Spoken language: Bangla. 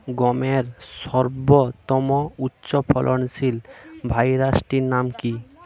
গমের সর্বোত্তম উচ্চফলনশীল ভ্যারাইটি নাম কি?